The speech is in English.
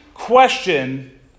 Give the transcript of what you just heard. Question